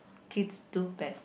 kids to pets